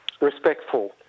respectful